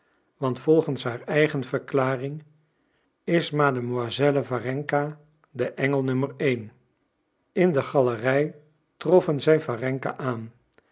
want volgens haar eigen verklaring is mademoiselle warenka de engel nummer één in de galerij troffen zij warenka aan